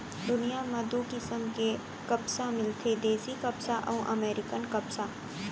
दुनियां म दू किसम के कपसा मिलथे देसी कपसा अउ अमेरिकन कपसा